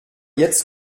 jetzt